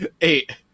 Eight